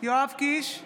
יואב קיש,